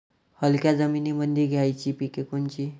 हलक्या जमीनीमंदी घ्यायची पिके कोनची?